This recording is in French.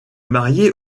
mariée